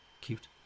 cute